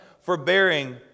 forbearing